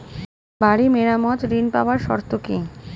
বাড়ি মেরামত ঋন পাবার শর্ত কি?